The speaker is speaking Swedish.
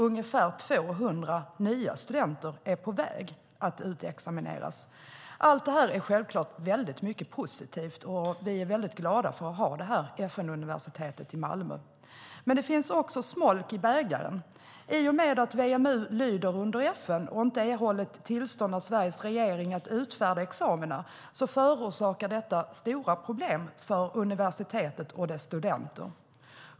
Ungefär 200 nya studenter är på väg att utexamineras. Allt det är självklart mycket positivt, och vi är glada över att ha detta FN-universitet i Malmö. Det finns dock smolk i bägaren. I och med att WMU lyder under FN och inte har erhållit tillstånd av Sveriges regering att utfärda examina förorsakar det stora problem för universitetet och dess studenter.